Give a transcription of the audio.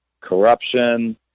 corruption